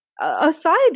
aside